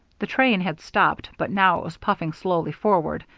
the train had stopped, but now it was puffing slowly forward,